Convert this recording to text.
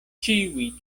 ĉiuj